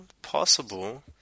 Possible